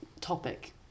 topic